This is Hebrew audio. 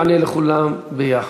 אדוני יענה לכולם ביחד.